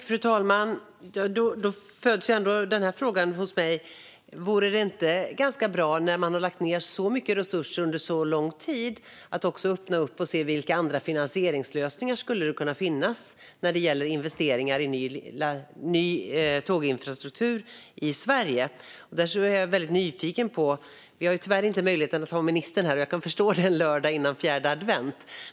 Fru talman! Då föds ändå frågan: Vore det inte ganska bra, när man har lagt ned så mycket resurser under så lång tid, att också öppna upp och se vilka andra finansieringslösningar det skulle kunna finnas när det gäller investeringar i ny tåginfrastruktur i Sverige? Det är jag väldigt nyfiken på. Vi har ju tyvärr inte möjligheten att ha ministern här, och jag kan förstå det - en lördag innan fjärde advent.